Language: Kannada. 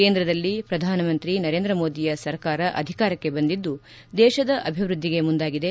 ಕೇಂದ್ರದಲ್ಲಿ ಪ್ರಧಾನಿ ನರೇಂದ್ರ ಮೋದಿಯ ಸರ್ಕಾರ ಅಧಿಕಾರಕ್ಕೆ ಬಂದಿದ್ದು ದೇಶದ ಅಭಿವೃದ್ಧಿಗೆ ಮುಂದಾಗಿದೆ